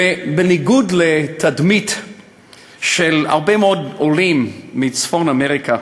ובניגוד לתדמית של הרבה מאוד עולים מצפון-אמריקה,